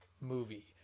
movie